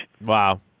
Wow